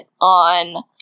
on